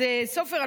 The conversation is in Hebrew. אז סופר,